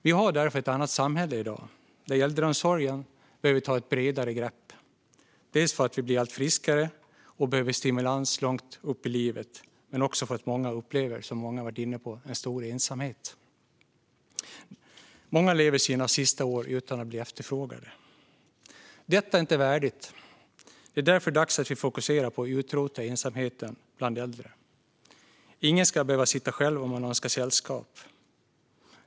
Vi har därför ett annat samhälle i dag. Äldreomsorgen behöver ta ett bredare grepp, dels för att vi blir allt friskare och behöver stimulans långt upp i livet, dels för att många upplever en stor ensamhet, vilket många har varit inne på. Många lever sina sista år utan att vara efterfrågade. Detta är inte värdigt. Det är därför dags att vi fokuserar på att utrota ensamheten bland äldre. Ingen ska behöva sitta ensam om man önskar sällskap.